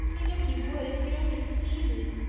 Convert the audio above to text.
i know he would if he could only see me.